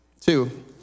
Two